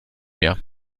mehr